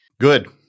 Good